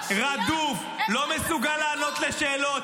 ראיתם איך נראה ראש ממשלת ישראל?